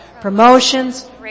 promotions